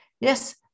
Yes